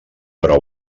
però